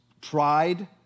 tried